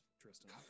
Tristan